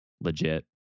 legit